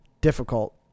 difficult